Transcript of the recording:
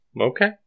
Okay